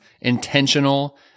intentional